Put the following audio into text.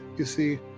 you see,